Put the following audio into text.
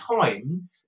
time